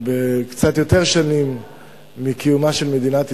והם קיימים קצת יותר שנים ממדינת ישראל,